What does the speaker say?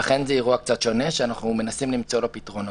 ולכן זה אירוע קצת שונה שאנחנו מנסים למצוא לו פתרונות.